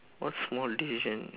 what small decision